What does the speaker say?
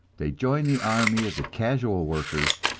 they join the army of the casual workers,